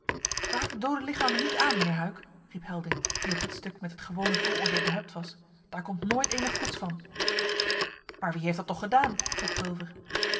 raak de doode lichamen niet aan mijnheer huyck riep helding die op dit stuk met het gewone vooroordeel behept was daar komt nooit eenig goeds van maar wie heeft dat toch gedaan vroeg pulver